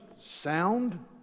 Sound